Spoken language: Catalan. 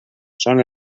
són